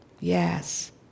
Yes